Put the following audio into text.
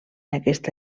aquesta